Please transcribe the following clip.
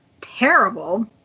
terrible